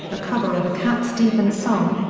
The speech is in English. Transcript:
a cover of a cat stevens song,